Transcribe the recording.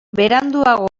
beranduago